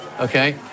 Okay